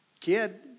kid